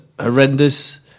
horrendous